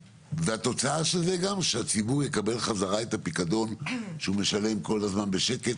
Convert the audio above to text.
והתוצאה של זה גם שהציבור יקבל חזרה את הפיקדון שהוא משלם כל הזמן בשקט,